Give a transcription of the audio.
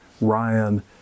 Ryan